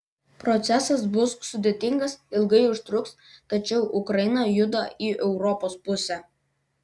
procesas bus sudėtingas ilgai užtruks tačiau ukraina juda į europos pusę